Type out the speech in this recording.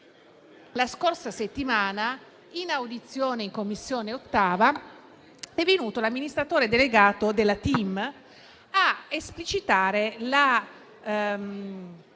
la scorsa settimana, in audizione in 8a Commissione, è venuto l'amministratore delegato della TIM a esplicitare la